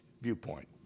viewpoint